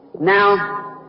Now